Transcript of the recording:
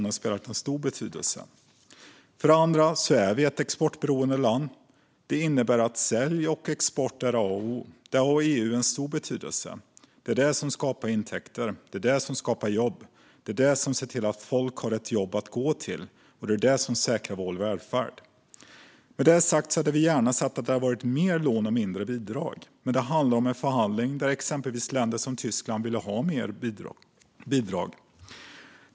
Godkännande av rådets beslut om systemet för EU:s egna medel för perioden 2021 och framåt För det andra är vi ett exportberoende land. Det innebär att försäljning och export är A och O. Där har EU en stor betydelse. Det är det som skapar intäkter och jobb. Det är det som ser till att folk har ett jobb att gå till, och det är det som säkrar vår välfärd. Med detta sagt hade vi gärna sett att det hade varit mer lån och mindre bidrag. Men det handlar om en förhandling där exempelvis länder som Tyskland ville ha mer bidrag.